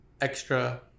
extra